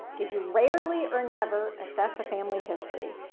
did you rarely or never assess a family history?